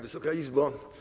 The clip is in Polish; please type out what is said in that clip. Wysoka Izbo!